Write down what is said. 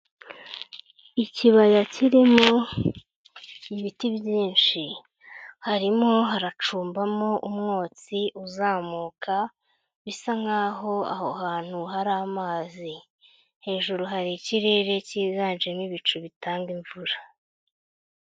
Ikibaya kirimo ibiti byinshi. Harimo haracumbamo umwotsi uzamuka, bisa nkaho aho hantu hari amazi. Hejuru hari ikirere cyiganjemo ibicu bitanga imvura.